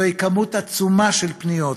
זוהי כמות עצומה של פניות.